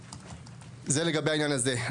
זה לגבי העניין הזה.